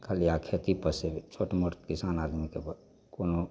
खलिया खेती पर से जे छोट मोट किसान आदमीके तऽ कोनो